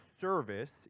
service